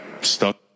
stuck